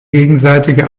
gegenseitige